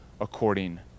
according